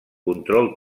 control